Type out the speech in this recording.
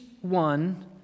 one